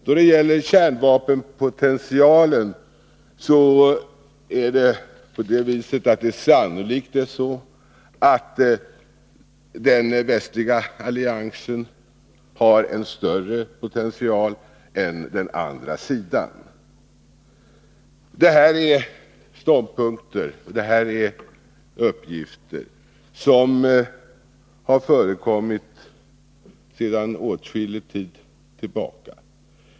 Då det gäller kärnvapenpotentialen är det sannolikt så att den västliga alliansen har en större potential än den andra sidan. Det är här fråga om ståndpunkter och uppgifter som funnits med i bilden sedan åtskillig tid tillbaka.